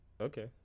Okay